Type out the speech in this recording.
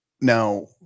now